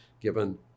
given